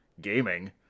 gaming